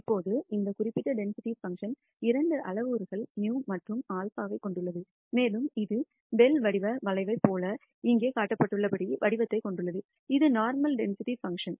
இப்போது இந்த குறிப்பிட்ட டென்சிட்டி பங்க்ஷன் இரண்டு அளவுருக்கள் μ மற்றும் σ ஐக் கொண்டுள்ளது மேலும் இது பெல் வடிவ வளைவைப் போல இங்கே காட்டப்பட்டுள்ளபடி வடிவத்தைக் கொண்டுள்ளது இது நோர்மல் டென்சிட்டி பங்க்ஷன்